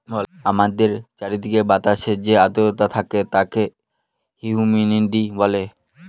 আমাদের চারিদিকের বাতাসে যে আদ্রতা থাকে তাকে হিউমিডিটি বলে